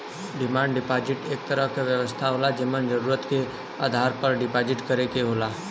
demand deposit एक तरह क व्यवस्था होला जेमन जरुरत के आधार पर डिपाजिट करे क होला